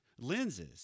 lenses